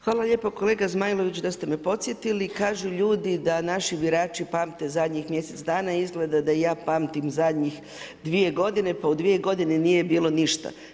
Hvala lijepo kolega Zmajlović da ste me podsjetili, kažu ljudi da naši birači pamte zadnjih mjesec dana, izgleda da i ja pamtim zadnjih 2 godine pa u 2 godine nije bilo ništa.